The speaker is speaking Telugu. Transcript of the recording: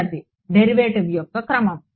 విద్యార్థి డెరివేటివ్ యొక్క క్రమం